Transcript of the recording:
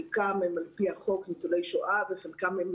חלקם על פי חוק ניצולי השואה וחלקם הם